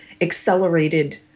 accelerated